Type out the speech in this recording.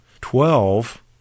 twelve